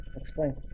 explain